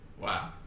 Wow